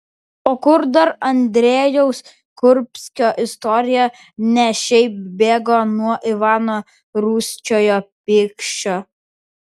o kur dar andrejaus kurbskio istorija ne šiaip bėgo nuo ivano rūsčiojo pykčio